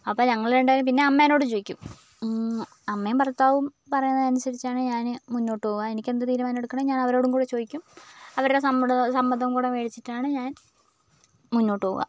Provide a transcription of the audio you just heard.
അപ്പോൾ ഞങ്ങൾ രണ്ടാളും പിന്നെ അമ്മേനോട് ചോദിക്കും അമ്മേം ഭർത്താവും പറയുന്നതനുസരിച്ചാണ് ഞാൻ മുന്നോട്ട് പോവാ എനിക്കെന്ത് തീരുമാനം എടുക്കണെങ്കിലും ഞാനവരോട് കൂടെ ചോദിക്കും അവരുടെ സമ്മതം സമ്മതം കൂടെ മേടിച്ചിട്ടാണ് ഞാൻ മുന്നോട്ട് പോവുക